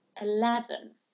eleven